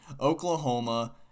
Oklahoma